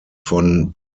von